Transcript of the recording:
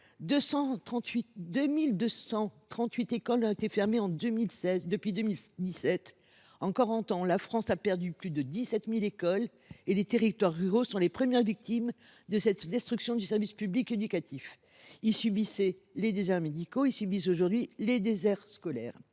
2 238 écoles ont été fermées. En quarante ans, la France a perdu plus de 17 000 écoles et les territoires ruraux sont les premières victimes de cette destruction du service public éducatif. Ils subissaient les déserts médicaux ; ils subissent aujourd’hui les déserts scolaires.